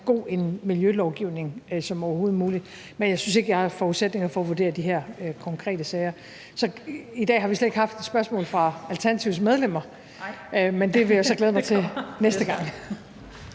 god en miljølovgivning som overhovedet muligt. Men jeg synes ikke, jeg har forudsætninger for at vurdere de her konkrete sager. I dag har vi slet ikke haft et spørgsmål fra Alternativets medlemmer, men det vil jeg så glæde mig til næste gang.